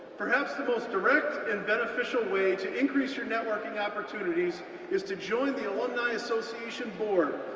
perhaps the most direct and beneficial way to increase your networking opportunities is to join the alumni association board,